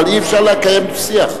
אבל אי-אפשר לקיים דו-שיח.